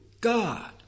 God